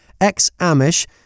ex-Amish